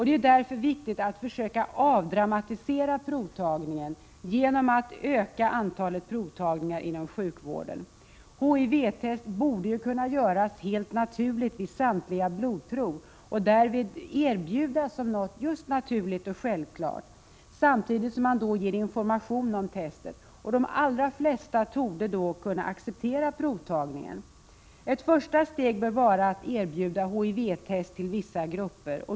Det är därför viktigt att försöka avdramatisera provtagningen genom att öka antalet provtagningar inom sjukvården. HIV-test borde kunna göras vid samtliga blodprov och därvid erbjudas som någonting naturligt och självklart samtidigt som man ger information om testet. De allra flesta torde då acceptera provtagningen. Ett första steg bör vara att erbjuda HIV-test till vissa grupper.